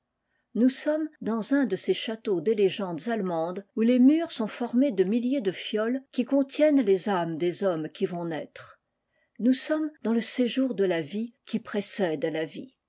nous sommes dans un de ces châteaux des légendes allemandes où les murs sont formés de milliers de fioles qui contiennent les âmes des hommes qui vont naître nous sommes dans le séjour de la vie qui précède la vie